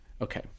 okay